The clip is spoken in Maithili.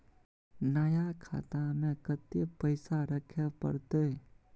नया खाता में कत्ते पैसा रखे परतै?